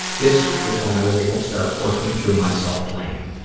this was when i was able to start working through my self-blame.